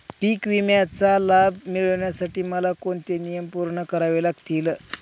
पीक विम्याचा लाभ मिळण्यासाठी मला कोणते नियम पूर्ण करावे लागतील?